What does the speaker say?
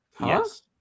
yes